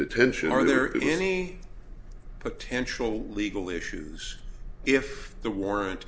detention are there any potential legal issues if the warrant